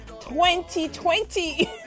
2020